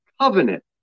covenant